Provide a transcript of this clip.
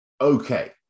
Okay